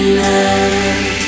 love